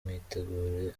mwitegure